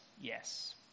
Yes